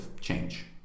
change